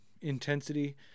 intensity